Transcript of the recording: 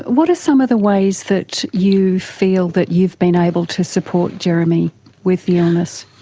what are some of the ways that you feel that you've been able to support jeremy with the illness?